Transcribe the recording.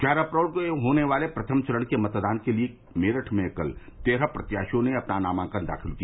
ग्यारह अप्रैल को होने वाले प्रथम चरण के मतदान के लिए कल मेरठ में तेरह प्रत्याशियों ने अपना नामांकन दाखिल किया